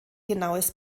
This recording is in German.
genaues